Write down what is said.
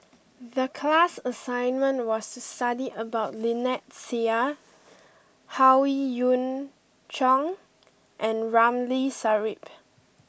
the class assignment was to study about Lynnette Seah Howe Yoon Chong and Ramli Sarip